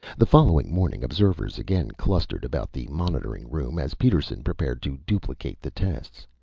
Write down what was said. the following morning observers again clustered about the monitoring room as peterson prepared to duplicate the tests,